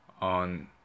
on